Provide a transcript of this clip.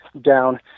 down